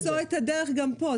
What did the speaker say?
צריך למצוא את הדרך גם פה.